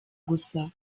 gusa